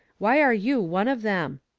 why are you one of them?